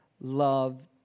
love